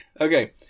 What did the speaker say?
Okay